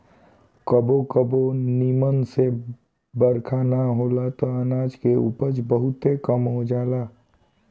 कबो कबो निमन से बरखा ना होला त अनाज के उपज बहुते कम हो जाला